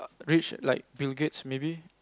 rich like Bill-Gates maybe